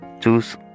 choose